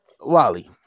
Wally